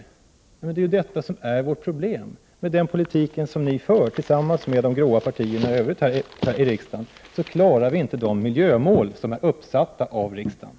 Ja, men det är ju detta som är problemet med den politik som ni för tillsammans med de andra grå partierna här i riksdagen. Vi klarar därför inte de av riksdagen uppsatta miljömålen.